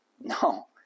no